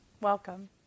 Welcome